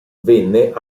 venne